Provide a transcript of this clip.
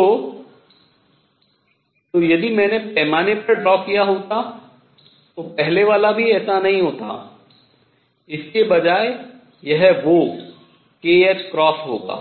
तो तो यदि मैंने पैमाने पर ड्रा किया होता तो पहला वाला भी ऐसा नहीं होता इसके बजाय यह वो kℏ होगा